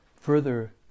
further